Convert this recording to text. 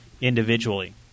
individually